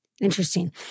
Interesting